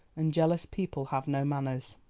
and jealous people have no manners.